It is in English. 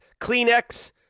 Kleenex